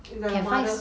it's like her mother